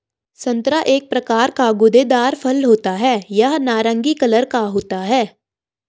संतरा एक प्रकार का गूदेदार फल होता है यह नारंगी कलर का होता है